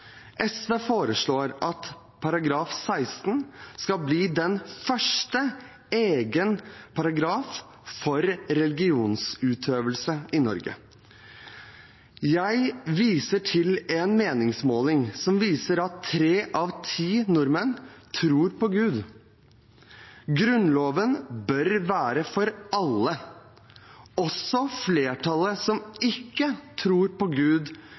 i Norge. Jeg viser til en meningsmåling som viser at tre av ti nordmenn tror på Gud. Grunnloven bør være for alle, også flertallet som ikke tror på Gud